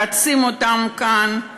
רוצים אותם כאן,